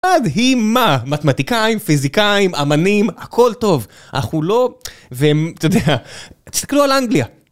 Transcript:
מדהימה, מתמטיקאים, פיזיקאים, אמנים, הכל טוב, אך הוא לא, ואתה יודע, תסתכלו על אנגליה.